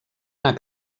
anar